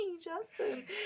Justin